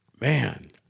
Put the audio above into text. Man